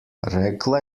rekla